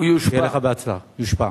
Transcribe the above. שיהיה לך בהצלחה, הוא יושבע.